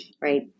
right